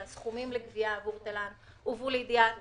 הסכומים לגבייה עבור תל"ן הובאו לידיעת